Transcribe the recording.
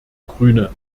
grüne